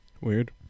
weird